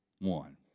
one